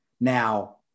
Now